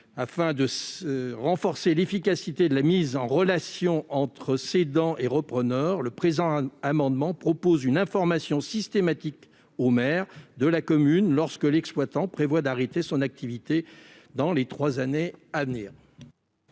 Afin de renforcer l'efficacité de la mise en relation entre cédants et repreneurs, le présent amendement vise à informer systématiquement le maire de la commune lorsqu'un exploitant prévoit d'arrêter son activité dans les trois ans à venir.